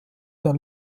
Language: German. der